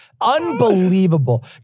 unbelievable